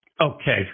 Okay